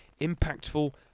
impactful